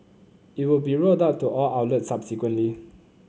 it will be rolled out to all outlets subsequently